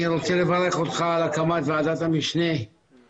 אני מלווה אותו משנות ה-90' גם בצפון.